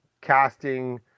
casting